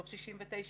דוח 69ב,